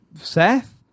Seth